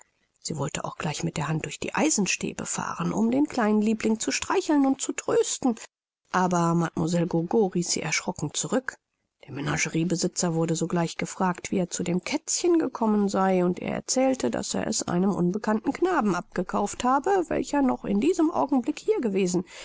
sie wollte auch gleich mit der hand durch die eisenstäbe fahren um den kleinen liebling zu streicheln und zu trösten aber mlle gogo riß sie erschrocken zurück der menageriebesitzer wurde sogleich gefragt wie er zu dem kätzchen gekommen sei und er erzählte daß er es einem unbekannten knaben abgekauft habe welcher noch in diesem augenblick hier gewesen